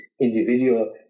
individual